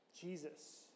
Jesus